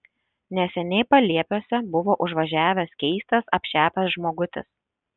neseniai paliepiuose buvo užvažiavęs keistas apšepęs žmogutis